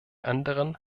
anderen